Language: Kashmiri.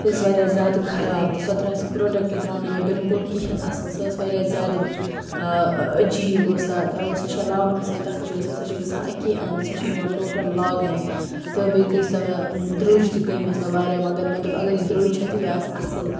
سۄ ٲس واریاہ زیادٕ خراب تہٕ سۄ درٛاے سُہ پرٛوٚڈَکٹ درٛاو نہٕ مےٚ بِلکُل کِہیٖنۍ اَصٕل سۄ ٲس واریاہ زیادٕ عجیٖب ٲس سۄ سۄ چھےٚ لاگنہٕ سۭتۍ تَتھ چھُ گژھان سۄ چھِ گژھان اَکی اَنٛدٕ سۄ چھَنہٕ یِوان ٹوٹَل لاگنَے تہٕ بیٚیہِ گٔے سۄ مےٚ درٛوٚج تہِ گٔے مےٚ سۄ واریاہ مگر مےٚ دوٚپ اگر یہِ درٛوٚج چھےٚ تہٕ یہِ آسہِ اصٕل